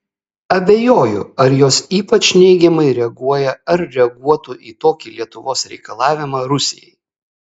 abejoju ar jos ypač neigiamai reaguoja ar reaguotų į tokį lietuvos reikalavimą rusijai